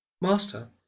Master